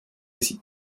aussi